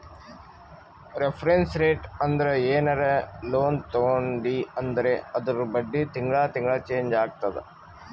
reference rate ಅಂದುರ್ ಏನರೇ loan ತಗೊಂಡಿ ಅಂದುರ್ ಅದೂರ್ ಬಡ್ಡಿ ತಿಂಗಳಾ ತಿಂಗಳಾ ಚೆಂಜ್ ಆತ್ತುದ